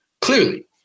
clearly